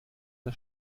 der